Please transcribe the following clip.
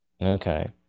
okay